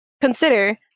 consider